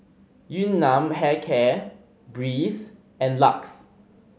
Yun Nam Hair Care Breeze and LUX